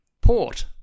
Port